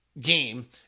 game